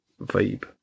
vibe